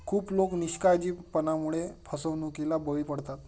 खूप लोक निष्काळजीपणामुळे फसवणुकीला बळी पडतात